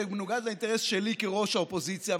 זה מנוגד לאינטרס שלי כראש האופוזיציה,